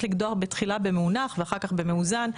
לקדוח בתחילה במאונך ואחר כך במאוזן.